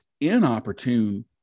inopportune